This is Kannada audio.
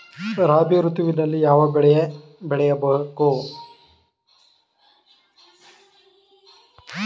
ರಾಬಿ ಋತುವಿನಲ್ಲಿ ಯಾವ ಬೆಳೆ ಬೆಳೆಯ ಬೇಕು?